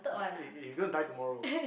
eh eh you go and dye tomorrow